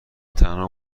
تنها